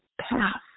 path